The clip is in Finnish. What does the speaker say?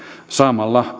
saamalla